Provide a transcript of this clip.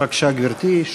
בבקשה, גברתי.